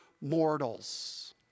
mortals